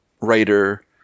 writer